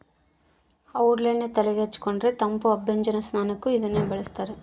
ಔಡಲ ಎಣ್ಣೆ ತೆಲೆಗೆ ಹಚ್ಚಿಕೊಂಡರೆ ತಂಪು ಅಭ್ಯಂಜನ ಸ್ನಾನಕ್ಕೂ ಇದನ್ನೇ ಬಳಸ್ತಾರ